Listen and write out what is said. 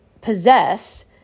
possess